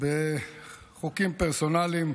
בחוקים פרסונליים,